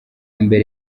mbere